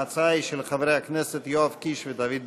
ההצעה היא של חברי הכנסת יואב קיש ודוד ביטן.